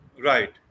Right